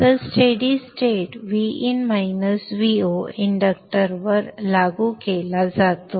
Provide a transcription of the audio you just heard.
तर steady state Vin Vo इंडक्टरवर लागू केला जातो